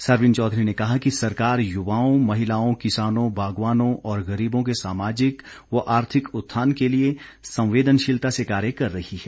सरवीण चौधरी ने कहा कि सरकार युवाओं महिलाओं किसानों बागवानों और गरीबों के सामाजिक व आर्थिक उत्थान के लिए संवेदनशीलता से कार्य कर रही है